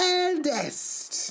eldest